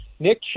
Nick